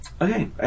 Okay